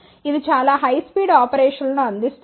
ఇది చాలా high speed ఆపరేషన్లను అందిస్తుంది